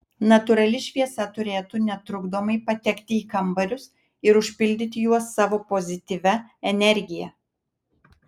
natūrali šviesa turėtų netrukdomai patekti į kambarius ir užpildyti juos savo pozityvia energija